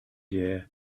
year